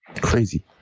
crazy